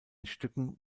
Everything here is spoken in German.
stücken